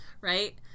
Right